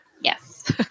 yes